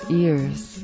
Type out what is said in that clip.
ears